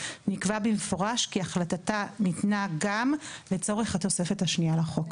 נקבע במפורש כי החלטתה ניתנה גם לצורך התוספת השנייה לחוק.".